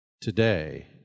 today